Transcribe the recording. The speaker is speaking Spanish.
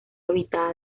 habitada